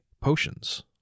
potions